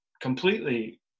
completely